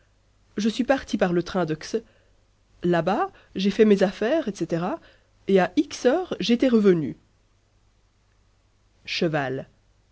je suis parti par le train de x là-bas j'ai fait mes affaires etc et à x heures j'étais revenu cheval